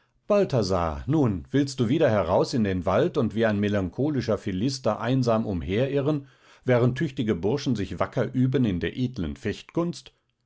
balthasar nun willst du wieder heraus in den wald und wie ein melancholischer philister einsam umherirren während tüchtige bursche sich wacker üben in der edlen